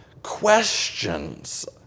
questions